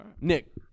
Nick